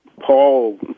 Paul